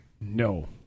No